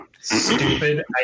Stupid